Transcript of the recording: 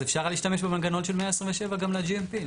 אז אפשר להשתמש במנגנון של 127 גם ל-GMP,